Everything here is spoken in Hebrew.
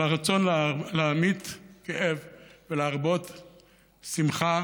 על הרצון להמעיט כאב ולהרבות שמחה,